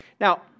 Now